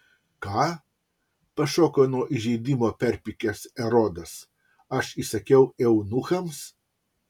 ką pašoko nuo įžeidimo perpykęs erodas aš įsakiau eunuchams